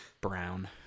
brown